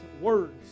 words